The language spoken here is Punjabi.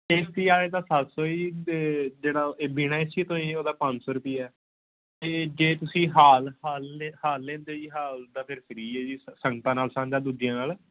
ਏਸੀ ਵਾਲੇ ਦਾ ਸੱਤ ਸੌ ਹੈ ਜੀ ਅਤੇ ਜਿਹੜਾ ਇਹ ਬਿਨਾਂ ਏਸੀ ਤੋਂ ਹੈ ਜੀ ਉਹਦਾ ਪੰਜ ਸੌ ਰੁਪਿਆ ਅਤੇ ਜੇ ਤੁਸੀਂ ਹਾਲ ਹਾਲ ਲੇ ਹਾਲ ਲੈਂਦੇ ਜੀ ਹਾਲ ਦਾ ਫਿਰ ਫ੍ਰੀ ਹੈ ਜੀ ਸ ਸੰਗਤਾਂ ਨਾਲ ਸਾਂਝਾ ਦੂਜਿਆਂ ਨਾਲ